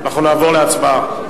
אנחנו נעבור להצבעה.